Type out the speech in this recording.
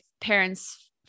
parents